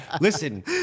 listen